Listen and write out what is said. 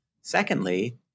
Secondly